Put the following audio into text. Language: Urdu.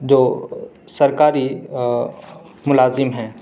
جو سرکاری ملازم ہیں